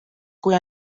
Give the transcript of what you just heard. kui